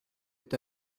est